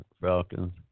Falcons